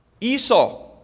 esau